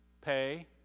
pay